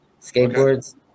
skateboards